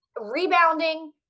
rebounding